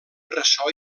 ressò